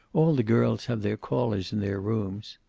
all the girls have their callers in their rooms.